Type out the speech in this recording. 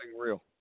real